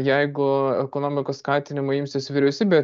jeigu ekonomikos skatinimo imsis vyriausybė